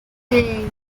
hey